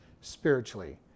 spiritually